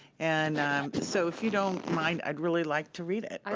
and so, if you don't mind, i'd really like to read it.